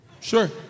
sure